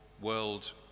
world